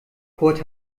kurt